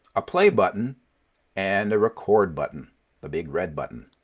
a play button and the record button the big red button.